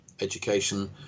education